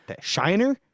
Shiner